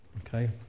Okay